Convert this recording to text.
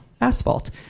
asphalt